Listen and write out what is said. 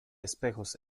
espejos